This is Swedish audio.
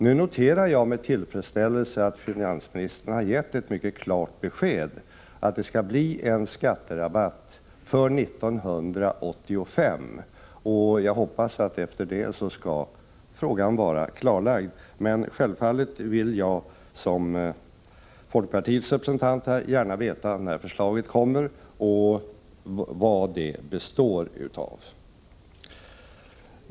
Nu noterade jag med tillfredsställelse att finansministern har gett ett mycket klart besked att det skall bli en skatterabatt för 1985. Jag hoppas att frågan därefter skall vara klarlagd, men självfallet vill jag, liksom folkpartiets representant, gärna veta när förslaget kommer och vad det består av.